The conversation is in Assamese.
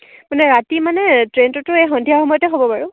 মানে ৰাতি মানে ট্ৰেইনটোতো এই সন্ধিয়া সময়তে হ'ব বাৰু